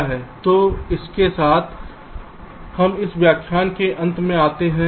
तो इसके साथ हम इस व्याख्यान के अंत में आते हैं